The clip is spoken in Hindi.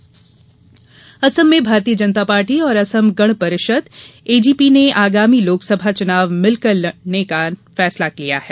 भाजपा अगप असम में भारतीय जनता पार्टी और असम गण परिषद एजीपी ने आगामी लोकसभा चुनाव मिल कर लड़ने का फैसला किया है